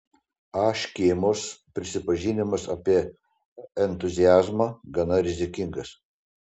a škėmos prisipažinimas apie entuziazmą gana rizikingas